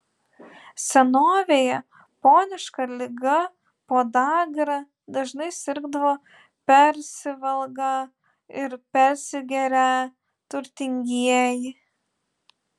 senovėje poniška liga podagra dažnai sirgdavo persivalgą ir persigerią turtingieji